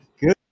Good